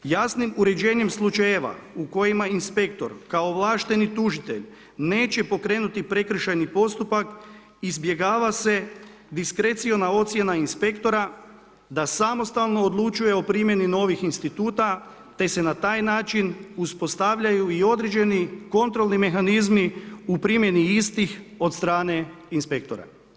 Jasnim uređenjem slučajeva u kojima inspektor kao ovlašteni tužitelj neće pokrenuti prekršajni postupak izbjegava se diskreciona ocjena inspektora da samostalno odlučuje o primjeni novih instituta te sa na taj način uspostavljaju i određeni kontrolni mehanizmi u primjeni istih od strane inspektora.